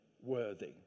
worthy